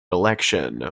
election